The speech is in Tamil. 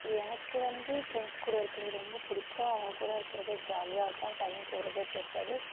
எனக்கு வந்து ஃப்ரெண்ட்ஸ் கூட இருக்கிறது ரொம்ப பிடிக்கும் அவங்க கூட இருக்கிறது ஜாலியாக இருக்கும் டைம் போகிறதே தெரியாது